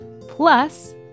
Plus